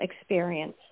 experience